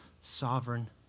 sovereign